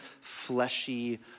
fleshy